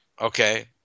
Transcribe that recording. Okay